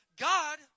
God